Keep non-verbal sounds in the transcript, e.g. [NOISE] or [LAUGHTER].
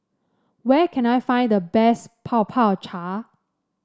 where can I find the best [UNINTELLIGIBLE] cha